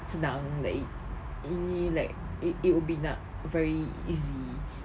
senang like ni like it will be nak very easy